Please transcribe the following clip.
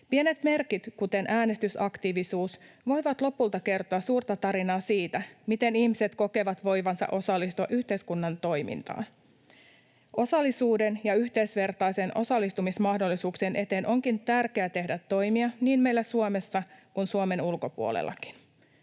Pienet merkit, kuten äänestysaktiivisuus, voivat lopulta kertoa suurta tarinaa siitä, miten ihmiset kokevat voivansa osallistua yhteiskunnan toimintaan. Osallisuuden ja yhdenvertaisten osallistumismahdollisuuksien eteen onkin tärkeää tehdä toimia niin meillä Suomessa kuin sen ulkopuolellakin.